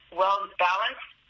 well-balanced